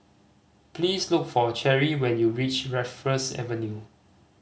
please look for Cherri when you reach Raffles Avenue